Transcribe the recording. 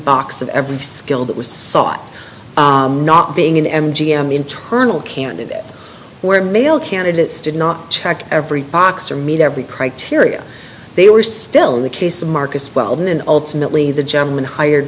of every skill that was sought not being in m g m internal candidate where male candidates did not check every box or meet every criteria they were still in the case of marcus weldon and ultimately the gentleman hired